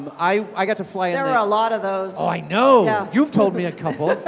i i got to fly there are a lot of those. oh, i know! you've told me a couple.